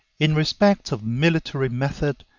in respect of military method,